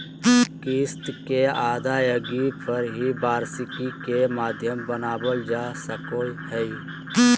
किस्त के अदायगी पर ही वार्षिकी के माध्यम बनावल जा सको हय